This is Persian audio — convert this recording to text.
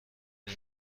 این